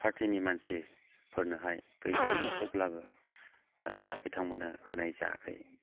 पार्टीनि मानसिफोरनो हाय गैजायि न'खरब्लाबो बिथांमोनो होनाय जायाखै